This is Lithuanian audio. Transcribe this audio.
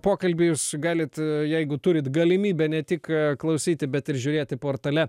pokalbį jūs galit jeigu turit galimybę ne tik klausyti bet ir žiūrėti portale